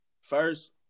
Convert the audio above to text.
First